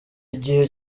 igihe